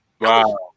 wow